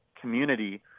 community